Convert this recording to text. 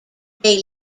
they